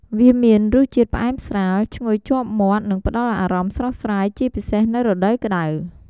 វាមានរសជាតិផ្អែមស្រាល ឈ្ងុយជាប់មាត់ និងផ្តល់អារម្មណ៍ស្រស់ស្រាយ ជាពិសេសនៅរដូវក្ដៅ។